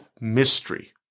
mystery